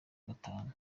gatanu